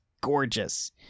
gorgeous